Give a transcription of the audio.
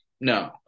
No